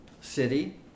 city